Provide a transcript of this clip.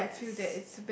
oh yes